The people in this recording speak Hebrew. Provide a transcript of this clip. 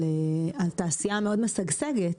על תעשייה מאוד משגשגת,